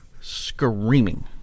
Screaming